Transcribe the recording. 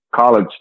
College